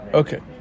okay